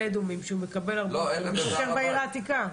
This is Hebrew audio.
אדומים שמקבל יותר משוטר בעיר העתיקה.